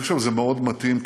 אני חושב שזה מאוד מתאים,